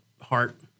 heart